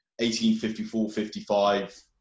1854-55